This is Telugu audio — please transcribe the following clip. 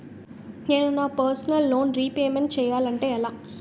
నేను నా పర్సనల్ లోన్ రీపేమెంట్ చేయాలంటే ఎలా?